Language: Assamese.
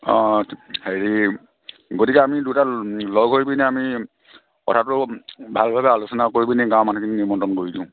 অ' হেৰি গতিকে আমি দুইটা লগ হৈ পিনে আমি কথাটো ভালভাৱে আলোচনা কৰি পেনি গাঁৱৰ মানুহখিনি নিমন্ত্ৰণ কৰি দিওঁ